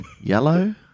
yellow